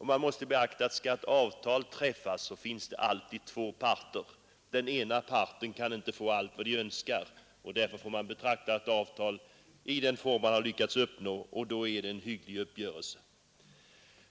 Man måste beakta att det, när ett avtal skall träffas, alltid finns två parter. Den ena parten kan inte få allt vad den önskar. Betraktar man avtalet i den form man lyckats uppnå, finner man att det är en hygglig uppgörelse.